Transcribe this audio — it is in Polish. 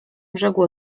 brzegu